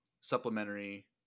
supplementary